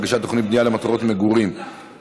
(תוכנית למגורים בתחום שכונת מגורים קיימת בגן לאומי),